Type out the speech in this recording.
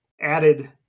added